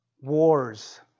Wars